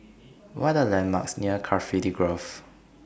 What Are The landmarks near Cardifi Grove